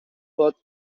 both